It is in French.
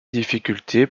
difficultés